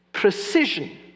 precision